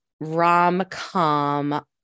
rom-com